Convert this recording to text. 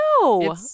No